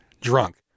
drunk